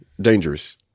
dangerous